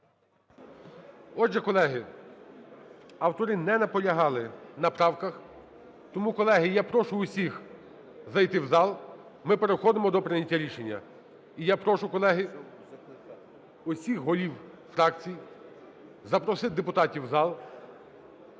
Отже, колеги, автори не наполягали на правках. Тому, колеги, я прошу усіх зайти в зал, ми переходимо до прийняття рішення. І я прошу, колеги, усіх голів фракцій запросити депутатів в зал.